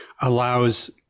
allows